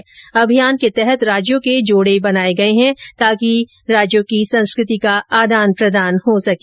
इस अभियान के तहत राज्यों के जोडे बनाये गये है ताकि राज्यों की संस्कृति का आदान प्रदान हो सके